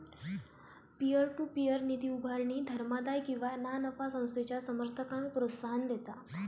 peer to peer निधी उभारणी धर्मादाय किंवा ना नफा संस्थेच्या समर्थकांक प्रोत्साहन देता